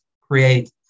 create